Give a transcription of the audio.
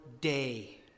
day